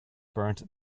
burnt